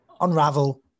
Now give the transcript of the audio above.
unravel